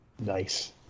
Nice